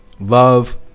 love